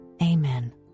amen